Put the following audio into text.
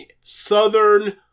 Southern